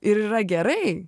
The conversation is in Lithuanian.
ir yra gerai